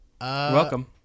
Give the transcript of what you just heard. Welcome